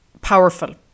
powerful